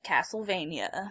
Castlevania